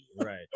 Right